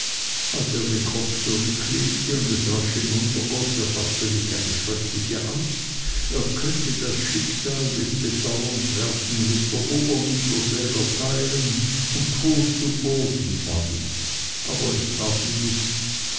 als er den kopf zurücklegte und es rasch hinuntergoß erfaßte mich eine schreckliche angst er könnte das schicksal des bedauernswerten mr oberniedersäger teilen und tot zu boden fallen aber es tat ihm nichts